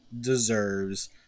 deserves